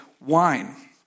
wine